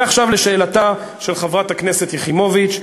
ועכשיו לשאלתה של חברת הכנסת יחימוביץ.